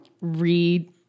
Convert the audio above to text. read